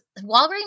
Walgreens